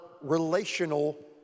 relational